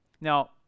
Now